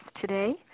today